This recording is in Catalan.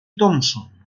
thompson